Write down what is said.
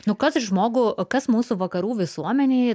nu kas žmogų o kas mūsų vakarų visuomenėj